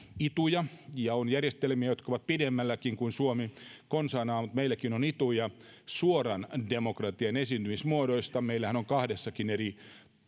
ituja ja on järjestelmiä jotka ovat pidemmälläkin kuin suomi konsanaan mutta meilläkin on ituja suoran demokratian esiintymismuodoista meillähän on kahdellakin eri